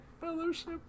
fellowship